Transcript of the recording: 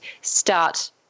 start